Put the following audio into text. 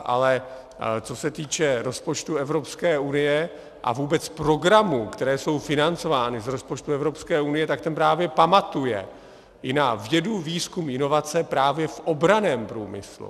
Ale co se týče rozpočtu Evropské unie a vůbec programů, které jsou financovány z rozpočtu Evropské unie, ten právě pamatuje i na vědu, výzkum a inovace právě v obranném průmyslu.